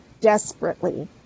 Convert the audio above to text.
desperately